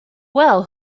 well